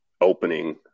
opening